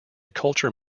culture